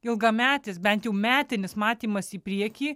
ilgametis bent jau metinis matymas į priekį